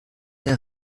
der